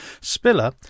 Spiller